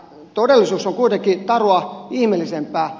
todellisuus on kuitenkin tarua ihmeellisempää